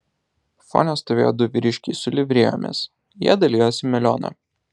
fone stovėjo du vyriškiai su livrėjomis jie dalijosi melioną